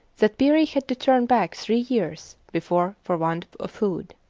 that peary had to turn back three years before for want of food.